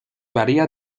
varía